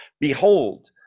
Behold